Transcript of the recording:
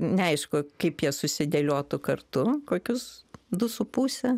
neaišku kaip jie susidėliotų kartu kokius du su puse